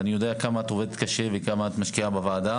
אני יודע כמה את עובדת קשה וכמה את משקיעה בוועדה